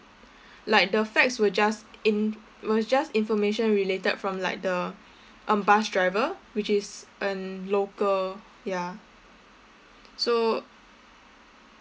like the facts were just in~ was just information related from like the um bus driver which is an local ya so